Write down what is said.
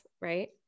Right